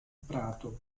prato